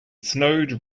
snowed